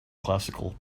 classical